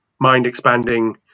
mind-expanding